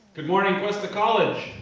good morning cuesta college.